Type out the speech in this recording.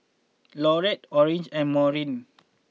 Laurette Orange and Maurine